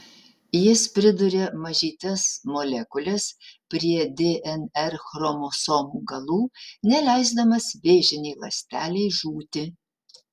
jis priduria mažytes molekules prie dnr chromosomų galų neleisdamas vėžinei ląstelei žūti